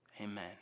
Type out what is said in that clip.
amen